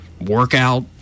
workout